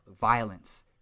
violence